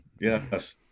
yes